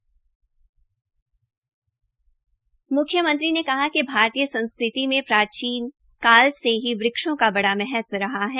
म्ख्यमंत्री ने कहा कि भारतीय संस्कृति में प्राचीनकाल से ही वृक्षों का बड़ा महत्व रहा है